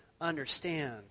understand